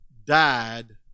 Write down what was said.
died